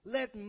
Let